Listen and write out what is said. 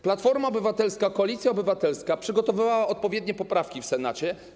Platforma Obywatelska, Koalicja Obywatelska przygotowała odpowiednie poprawki w Senacie.